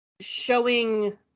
showing